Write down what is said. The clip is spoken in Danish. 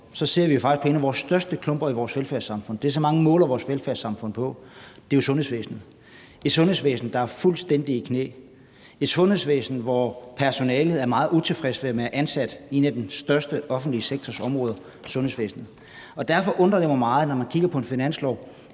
og ser på en af vores største klumper i velfærdssamfundet – det, som mange måler vores velfærdssamfund på – nemlig vores sundhedsvæsen, er det et sundhedsvæsen, der er fuldstændig i knæ, og et sundhedsvæsen, som personalet er meget utilfreds med at være ansat i. Og et af de største områder inden for den offentlige sektor er sundhedsvæsenet. Derfor undrer det mig meget, når man kigger på en finanslov,